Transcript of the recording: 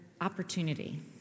opportunity